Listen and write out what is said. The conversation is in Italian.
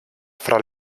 fra